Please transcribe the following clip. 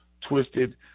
Twisted